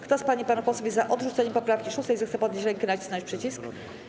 Kto z pań i panów posłów jest za odrzuceniem poprawki 6., zechce podnieść rękę i nacisnąć przycisk.